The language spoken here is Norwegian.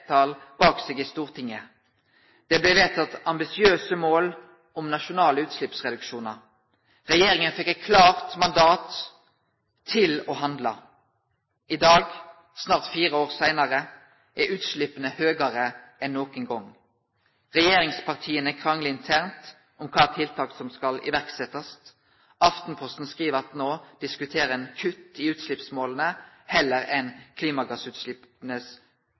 bak seg i Stortinget. Det blei vedteke ambisiøse mål om nasjonale utsleppsreduksjonar. Regjeringa fekk eit klart mandat til å handle. I dag, snart fire år seinare, er utsleppa høgare enn nokon gong. Regjeringspartia kranglar internt om kva tiltak som skal setjast i verk. Aftenposten skriv at no diskuterer ein kutt i utsleppsmåla